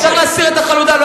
חבר הכנסת אקוניס.